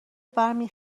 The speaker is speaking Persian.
برمی